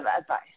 advice